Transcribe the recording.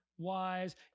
wise